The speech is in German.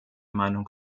meinung